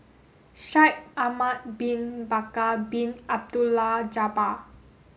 Shaikh Ahmad bin Bakar Bin Abdullah Jabbar